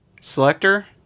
Selector